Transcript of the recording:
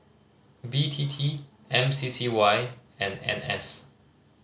B T T M C C Y and N S